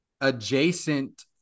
adjacent